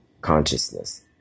consciousness